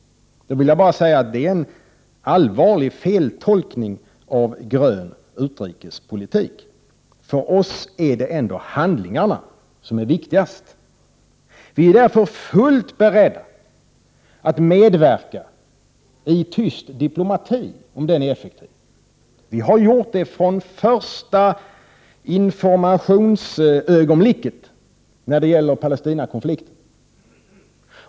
Det är en allvarlig feltolkning av grön utrikespolitik. För oss är det handlingarna som är viktigast. Vi är därför fullt beredda att medverka i tyst diplomati, om den är effektiv. Vi har gjort det från första informationsögonblicket när det gäller Palestinakonflikten.